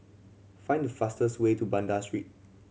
find the fastest way to Banda Street